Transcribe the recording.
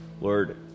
Lord